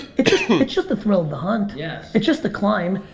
it's just it's just the thrill of the hunt. yes. it's just the climb.